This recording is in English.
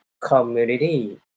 community